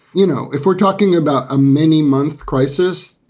you know, if we're talking about a many month crisis,